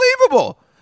unbelievable